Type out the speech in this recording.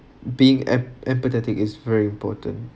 being em~ empathetic is very important